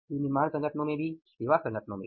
विनिर्माण संगठनों में भी सेवा संगठनों में भी